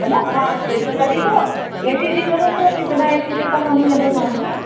हन हा स्पेशियस गाॾी अथव ए सी जी जरूरत अथव की बिना ए सी जे कमु हली वेंदो तव्हांजो